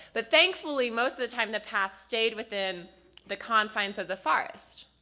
but thankfully most of the time the path stayed within the confines of the forest.